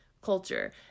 culture